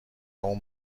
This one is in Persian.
اون